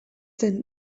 zen